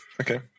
Okay